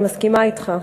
אני מסכימה אתך.